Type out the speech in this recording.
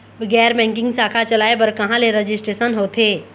गैर बैंकिंग शाखा चलाए बर कहां ले रजिस्ट्रेशन होथे?